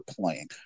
playing